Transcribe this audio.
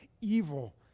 evil